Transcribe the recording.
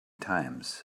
times